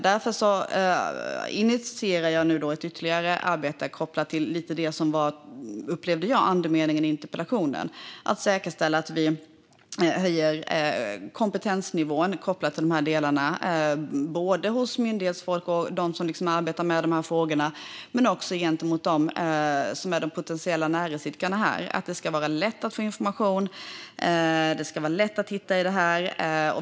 Därför initierar jag nu ett ytterligare arbete kopplat till det jag upplevde som andemeningen i interpellationen, nämligen att vi ska säkerställa att vi höjer kompetensnivån hos myndighetsfolk och dem som arbetar med de här frågorna. Det ska också ske gentemot de potentiella näringsidkarna. Det ska vara lätt att få information. Det ska vara lätt att hitta i detta.